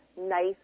nice